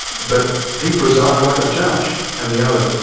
but he presided like a judge, and the other